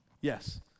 Yes